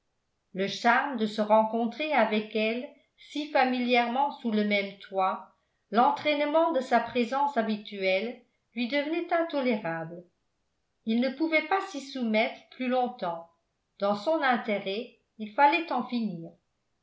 le charme de se rencontrer avec elle si familièrement sous le même toit l'entraînement de sa présence habituelle lui devenaient intolérables il ne pouvait pas s'y soumettre plus longtemps dans son intérêt il fallait en finir